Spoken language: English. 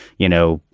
you know,